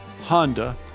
Honda